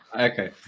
Okay